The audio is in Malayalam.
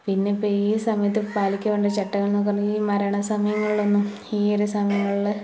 പിന്നെ ഇപ്പം ഈ സമയത്ത് പാലിക്കേണ്ട ചട്ടങ്ങളെന്നു പറഞ്ഞ് ഈ മരണ സമയങ്ങളിലൊന്നും ഈയൊരു സമയങ്ങളിൽ